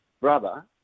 brother